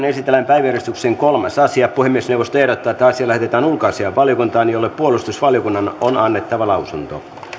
esitellään päiväjärjestyksen kolmas asia puhemiesneuvosto ehdottaa että asia lähetetään ulkoasiainvaliokuntaan jolle puolustusvaliokunnan on annettava lausunto